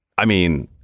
i mean,